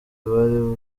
bari